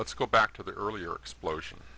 let's go back to the earlier explosion